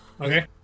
okay